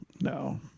No